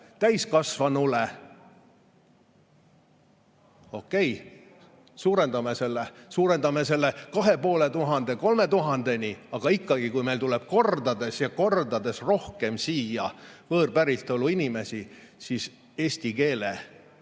täiskasvanule. Okei, suurendame selle 2500-ni, 3000-ni, aga ikkagi, kui meil tuleb kordades ja kordades rohkem siia võõrpäritolu inimesi, siis eesti keele